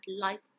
life